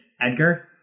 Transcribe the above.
Edgar